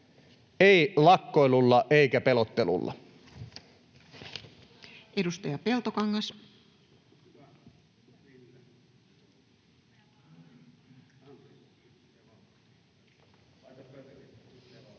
ei lakkoilulla eikä pelottelulla. Edustaja Peltokangas. Arvoisa puhemies!